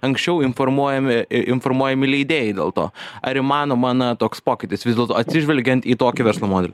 anksčiau informuojami i informuojami leidėjai dėl to ar įmanoma na toks pokytis vis dėlto atsižvelgiant į tokį verslo modelį